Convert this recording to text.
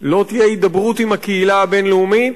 לא תהיה הידברות עם הקהילה הבין-לאומית.